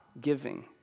giving